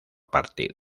partido